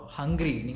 hungry